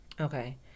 Okay